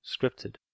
scripted